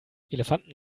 elefanten